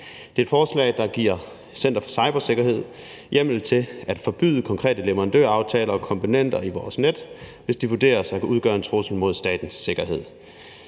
Det er et forslag, der giver Center for Cybersikkerhed hjemmel til at forbyde konkrete leverandøraftaler og komponenter i vores net, hvis de vurderes at udgøre en trussel mod statens sikkerhed.